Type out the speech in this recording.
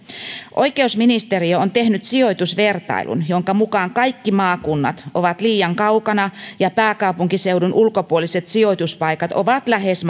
oikeusministeriö on tehnyt sijoitusvertailun jonka mukaan kaikki maakunnat ovat liian kaukana ja pääkaupunkiseudun ulkopuoliset sijoituspaikat ovat lähes